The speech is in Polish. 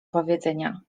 powiedzenia